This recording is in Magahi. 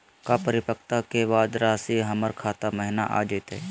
का परिपक्वता के बाद रासी हमर खाता महिना आ जइतई?